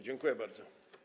Dziękuję bardzo.